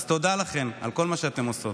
אז תודה לכן על כל מה שאתן עושות.